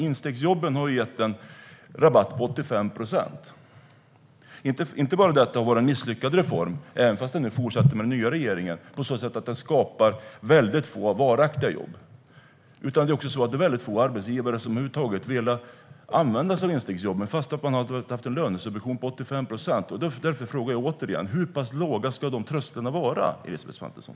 Instegsjobben innebar en rabatt på 85 procent. Det har inte bara varit en misslyckad reform, som fortsatte med den nya regeringen, på så sätt att den skapar väldigt få varaktiga jobb. Det är också få arbetsgivare som över huvud taget vill använda sig av instegsjobben, fast de har haft en lönesubvention på 85 procent. Därför frågar jag återigen: Hur pass låga ska trösklarna vara, Elisabeth Svantesson?